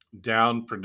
down